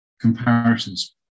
comparisons